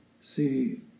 see